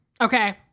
okay